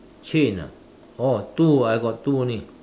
chain ah oh two I got two only